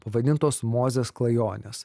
pavadintos mozės klajonės